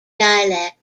dialect